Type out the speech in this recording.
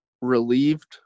relieved